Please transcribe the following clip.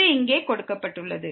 இது இங்கே கொடுக்கப்பட்டுள்ளது